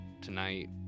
tonight